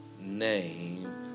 name